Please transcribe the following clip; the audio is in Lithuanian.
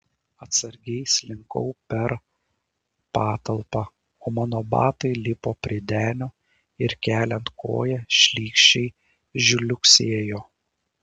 atsargiai slinkau per patalpą o mano batai lipo prie denio ir keliant koją šlykščiai žliugsėjo